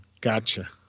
gotcha